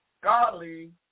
godly